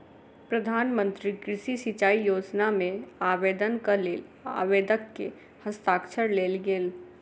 प्रधान मंत्री कृषि सिचाई योजना मे आवेदनक लेल आवेदक के हस्ताक्षर लेल गेल